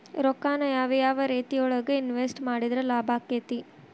ರೊಕ್ಕಾನ ಯಾವ ಯಾವ ರೇತಿಯೊಳಗ ಇನ್ವೆಸ್ಟ್ ಮಾಡಿದ್ರ ಲಾಭಾಕ್ಕೆತಿ?